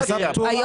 פטורה.